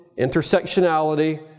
intersectionality